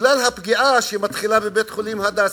בגלל הפגיעה שמתחילה בבית-החולים "הדסה".